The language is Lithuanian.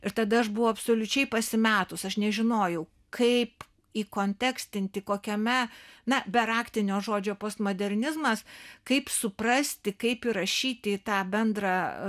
ir tada aš buvau absoliučiai pasimetus aš nežinojau kaip įkontekstinti kokiame na be raktinio žodžio postmodernizmas kaip suprasti kaip įrašyti į tą bendrą